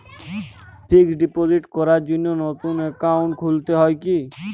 Fix deposit করার জন্য নতুন অ্যাকাউন্ট খুলতে হয় কী?